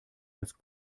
als